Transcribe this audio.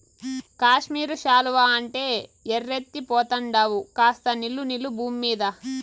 కాశ్మీరు శాలువా అంటే ఎర్రెత్తి పోతండావు కాస్త నిలు నిలు బూమ్మీద